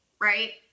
right